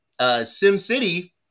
SimCity